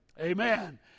Amen